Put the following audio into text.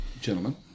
Gentlemen